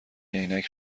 عینک